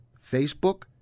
Facebook